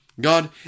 God